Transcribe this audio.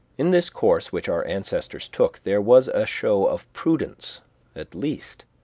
in this course which our ancestors took there was a show of prudence at least,